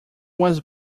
was